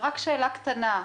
שאלה קטנה.